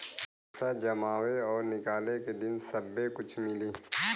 पैसा जमावे और निकाले के दिन सब्बे कुछ मिली